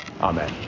amen